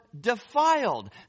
defiled